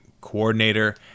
coordinator